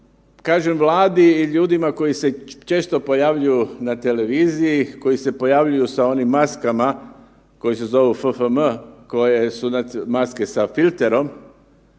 kažem Vladi i ljudima koji se često pojavljuju na televiziji, koji se pojavljuju sa onim maskama koje se zovu FFM koje su maske sa filterom,